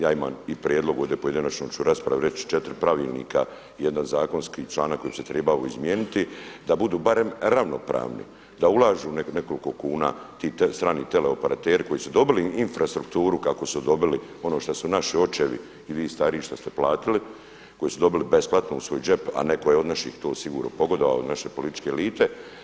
Ja imam i prijedlog, ovdje u pojedinačnoj ću raspravi reći, 4 pravilnika i jedan zakonski članak koji bi se trebao izmijeniti da budu barem ravnopravni, da ulažu nekoliko kuna ti strani teleoperateri koji su dobili infrastrukturu, kako su dobili, ono što su naši očevi i vi stariji šta ste platili, koji su dobili besplatno u svoj džep, a netko je od naših to sigurno pogodovao, od naše političke elite.